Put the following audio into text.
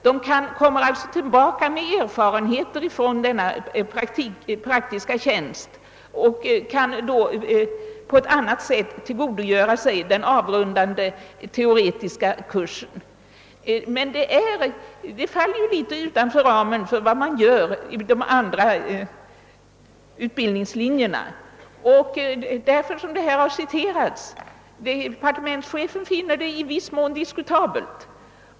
De kommer tillbaka med erfarenheter från denna praktiska tjänstgöring och kan alltså på ett bättre sätt tillgodogöra sig den avrundande teoretiska kursen. Det faller dock litet utanför ramen för vad man gör i de andra utbildningslinjerna. Det är därför som detta har kritiserats. Departementschefen finner det i viss mån diskutabelt.